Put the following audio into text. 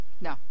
No